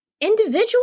individual